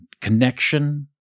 connection